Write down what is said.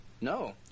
No